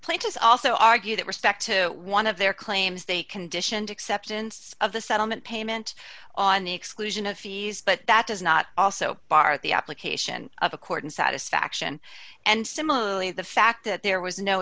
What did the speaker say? pledges also argue that respect to one of their claims they conditioned acceptance of the settlement payment on the exclusion of fees but that does not also bar the application of a court and satisfaction and similarly the fact that there was no